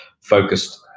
focused